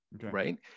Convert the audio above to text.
Right